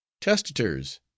Testators